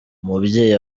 umubyeyi